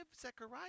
Zechariah